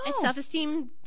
self-esteem